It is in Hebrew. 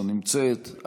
לא נמצאת,